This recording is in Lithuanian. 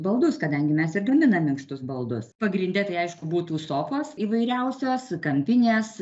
baldus kadangi mes ir gaminam minkštus baldus pagrinde tai aišku būtų sofos įvairiausios kampinės